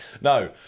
no